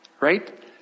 right